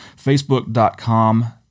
Facebook.com